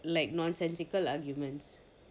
like nonsensical arguments